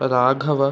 Raghava